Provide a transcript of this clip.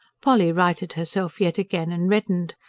polly righted herself yet again, and reddened.